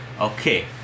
Okay